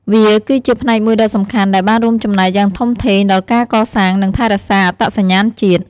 វាគឺជាផ្នែកមួយដ៏សំខាន់ដែលបានរួមចំណែកយ៉ាងធំធេងដល់ការកសាង និងថែរក្សាអត្តសញ្ញាណជាតិ។